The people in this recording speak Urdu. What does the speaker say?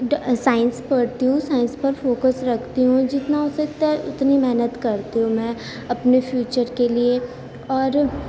سائنس پڑھتی ہوں سائنس پر فوکس رکھتی ہوں جتنا ہو سکتا ہے اتنی محنت کرتی ہوں میں اپنے فیوچر کے لیے اور